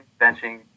benching